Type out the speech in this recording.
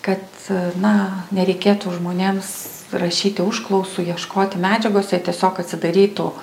kad na nereikėtų žmonėms rašyti užklausų ieškoti medžiagos jie tiesiog atsidarytų